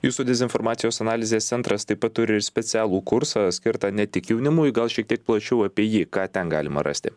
jūsų dezinformacijos analizės centras taip pat turi ir specialų kursą skirtą ne tik jaunimui gal šiek tiek plačiau apie jį ką ten galima rasti